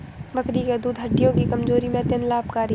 बकरी का दूध हड्डियों की कमजोरी में अत्यंत लाभकारी है